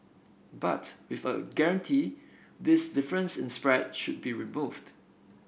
but with a guarantee this difference in spread should be removed